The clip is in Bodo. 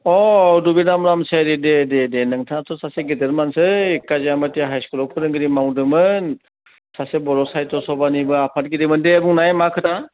अ दुबिराम रामसियारि दे दे दे नोंथाङाथ' सासे गेदेर मानसि काजियामाति हाइस्कुलाव फोरोंगिरि मावदोंमोन सासे बर' साहित्य सभानिबो आफादगिरिमोन दे बुंनाय मा खोथा